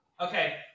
Okay